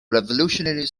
revolutionary